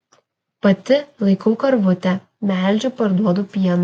pati laikau karvutę melžiu parduodu pieną